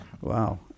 Wow